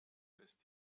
ist